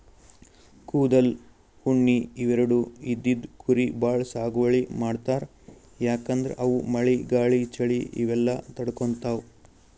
ಕೂದಲ್, ಉಣ್ಣಿ ಇವೆರಡು ಇದ್ದಿದ್ ಕುರಿ ಭಾಳ್ ಸಾಗುವಳಿ ಮಾಡ್ತರ್ ಯಾಕಂದ್ರ ಅವು ಮಳಿ ಗಾಳಿ ಚಳಿ ಇವೆಲ್ಲ ತಡ್ಕೊತಾವ್